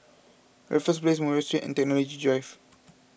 Raffles Place Murray Street and Technology Drive